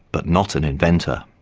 but not an inventor'.